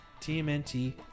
TMNT